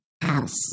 house